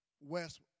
West